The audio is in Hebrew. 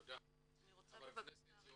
תודה רבה.